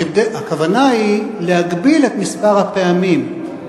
הכוונה היא להגביל את מספר הפעמים.